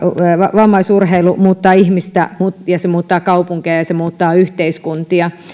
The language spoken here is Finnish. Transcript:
vammaisurheilu muuttaa ihmistä se muuttaa kaupunkeja ja se muuttaa yhteiskuntia